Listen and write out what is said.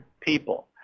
people